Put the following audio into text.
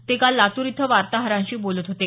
ते काल लातूर इथं वार्ताहरांशी बोलत होते